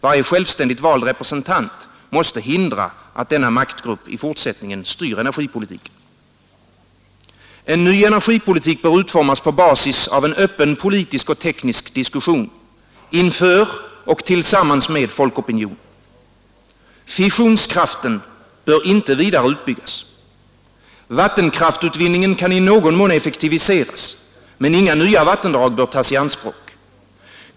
Varje självständigt vald representant måste hindra att denna maktgrupp i fortsättningen styr energipolitiken. En ny energipolitik bör utformas på basis av en öppen politisk och teknisk diskussion, inför och tillsammans med folkopinionen. Fissionskraften bör inte vidare utnyttjas. Vattenkraftutvinningen kan i någon mån effektiviseras, men inga nya vattendrag bör tas i anspråk.